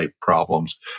problems